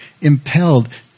impelled